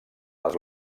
les